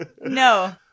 No